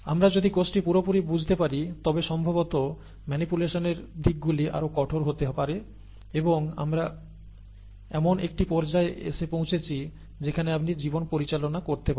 আমরা যদি কোষটি পুরোপুরি বুঝতে পারি তবে সম্ভবত ম্যানিপুলেশনর দিকগুলি আরও কঠোর হতে পারে এবং আমরা এমন একটি পর্যায়ে এসে পৌঁছেছি যেখানে আপনি জীবন পরিচালনা করতে পারেন